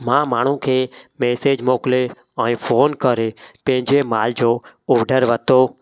मां माण्हू खे मैसेज मोकिले ऐं फ़ोन करे पंहिंजे माल जो ऑर्डर वरितो